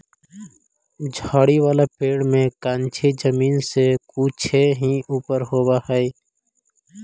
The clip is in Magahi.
झाड़ी वाला पेड़ में कंछी जमीन से कुछे ही ऊपर होवऽ हई